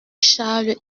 charles